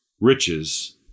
riches